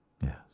yes